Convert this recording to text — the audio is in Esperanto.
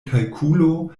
kalkulo